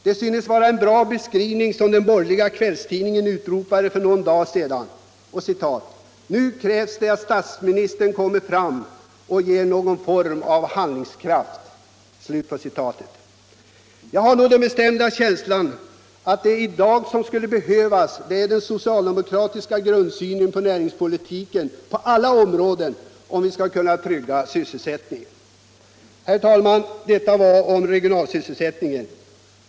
Det synes vara ett bra krav som den borgerliga kvällstidningen framförde för någon dag sedan: Nu krävs det att statsministern kommer fram och ger bevis på någon form av handlingskraft. Jag har den bestämda känslan att vad som i dag behövs om vi skall kunna trygga sysselsättningen är den socialdemokratiska grundsynen på Allmänpolitisk debatt Allmänpolitisk debatt näringspolitikens alla områden. Herr talman! Detta om regionalsysselsättningen.